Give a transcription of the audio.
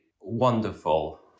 wonderful